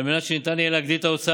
על מנת שניתן יהיה להגדיל את ההוצאה